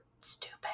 stupid